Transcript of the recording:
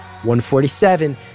147